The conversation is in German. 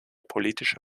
politische